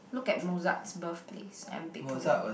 look at Mozart's birth place and Beethoven